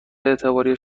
اعتباری